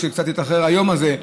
שקצת התאחר היום הזה,